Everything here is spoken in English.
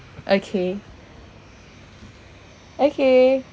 okay okay